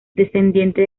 descendiente